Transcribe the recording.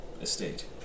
estate